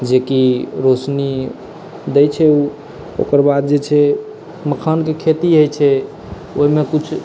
जेकी रौशनी दै छै ओ ओकर बाद जे छै मखानक खेती होइ छै ओहिमे किछु